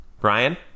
Brian